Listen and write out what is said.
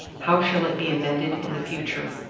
how shall it be amended in the future?